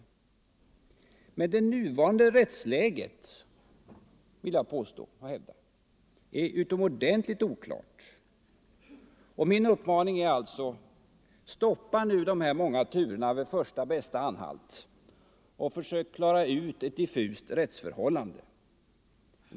Jag vill dock påstå att det nuvarande rättsläget är utomordentligt oklart. Min uppmaning är därför: Stoppa de många turerna vid första bästa anhalt och försök klara ut ett diffust rättsförhållande!